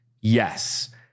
Yes